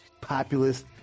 populist